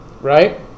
right